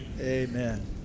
Amen